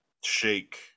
shake